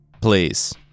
please